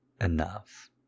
enough